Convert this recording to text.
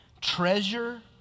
treasure